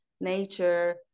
nature